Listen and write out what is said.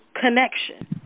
connection